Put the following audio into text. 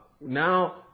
now